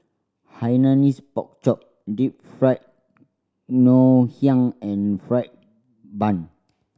Hainanese Pork Chop Deep Fried Ngoh Hiang and fried bun